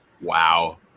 Wow